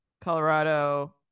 Colorado